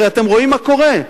הרי אתם רואים מה קורה,